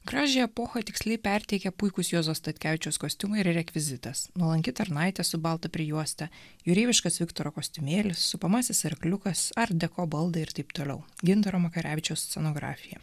gražiąją epochą tiksliai perteikė puikūs juozo statkevičiaus kostiumai ir rekvizitas nuolanki tarnaitė su balta prijuoste jūreiviškas viktoro kostiumėlis supamasis arkliukas art deko baldai ir taip toliau gintaro makarevičiaus scenografija